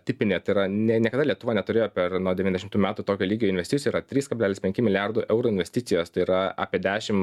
tipinė tai yra ne niekada lietuva neturėjo per nuo devyniadešimtų metų tokio lygio investicijų yra trys kablelis penki miliardų eurų investicijos tai yra apie dešim